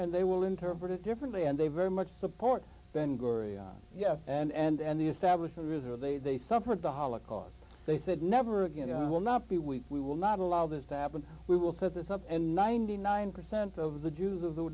and they will interpret it differently and they very much support then gloria yes and the establish the router they suffered the holocaust they said never again will not be weak we will not allow this to happen we will set this up and ninety nine percent of the jews of the